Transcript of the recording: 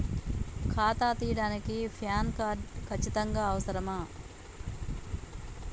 ఖాతా తీయడానికి PAN card ఖచ్చితంగా అవసరమా?